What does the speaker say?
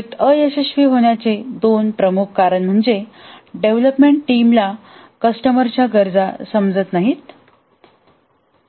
project अयशस्वी होण्याचे दोन प्रमुख कारण म्हणजे डेव्हलपमेंट टीमला कस्टमर्सच्या गरजा समजत नाहीत